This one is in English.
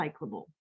recyclable